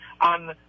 on